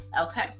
Okay